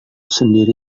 sendiri